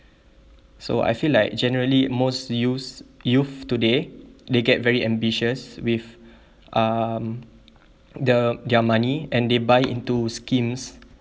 so I feel like generally most youth youths today they get very ambitious with um the their money and they buy into schemes